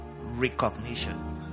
recognition